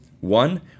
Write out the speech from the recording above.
one